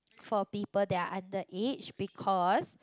for people that are underage because